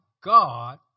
God